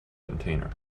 container